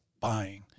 buying